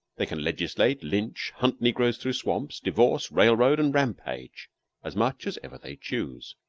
they can legislate, lynch, hunt negroes through swamps, divorce, railroad, and rampage as much as ever they choose.